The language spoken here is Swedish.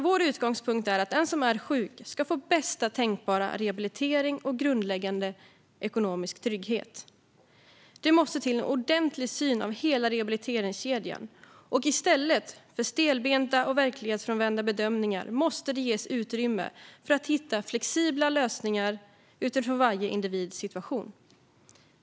Vår utgångspunkt är att den som är sjuk ska få bästa tänkbara rehabilitering och grundläggande ekonomisk trygghet. Det måste till en ordentlig översyn av hela rehabiliteringskedjan. I stället för stelbenta och verklighetsfrånvända bedömningar måste det ges utrymme för att hitta flexibla lösningar utifrån varje individs situation.